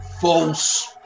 false